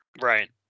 Right